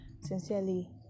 Sincerely